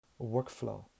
workflow